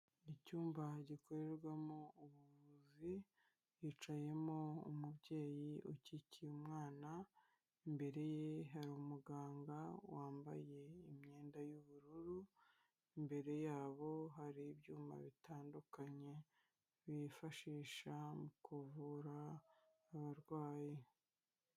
Icyumba gikorerwamo ubuvuzi, hicayemo umubyeyi ukikiye umwana, imbere ye hari umuganga wambaye imyenda y'ubururu, imbere yabo hari ibyuma bitandukanye, bifashisha mu kuvura abarwayi.